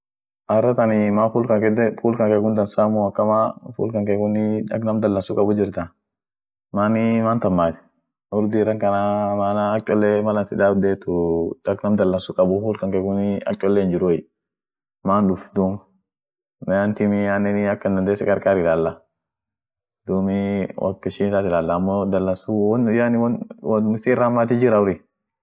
Indonesiani won biri kabd ada ishian inama karibu kabila ellfu toko dib sediit jiraa dum aminenii culture ishianii assrumeneshenif melaa, melanation kaabdie dini ishiani gudioni isilamua hundune kajirtii bundujiziminen kajirti iyo kofishiziam yeden amineni dumi lila won dungatan fan jirti won dungaa akama fan doti familini won muhimu yeden achisun kasa familinen kajirti dumi culture ishia dibin yobikarta, yeden toraja, yedeni abangan, yedeni penkaselat yeden amine tokine